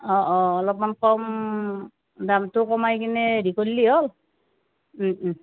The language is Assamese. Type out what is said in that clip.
হয় হয় অলপমান কম দামটো কমাই পেলাই হেৰি কৰিলেই হ'ল